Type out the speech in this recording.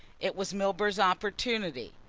it was milburgh's opportunity.